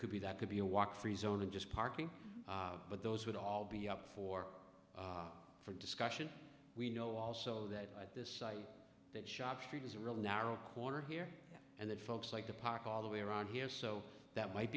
could be that could be a walk free zone or just parking but those would all be up for for discussion we know also that at this site that shop street is a real narrow corner here and that folks like to park all the way around here so that might